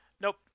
Nope